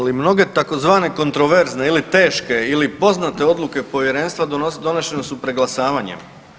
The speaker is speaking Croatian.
Ali mnoge tzv. kontroverzne ili teške ili poznate odluke Povjerenstva donošene su preglasavanjem.